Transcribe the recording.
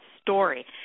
story